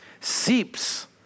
seeps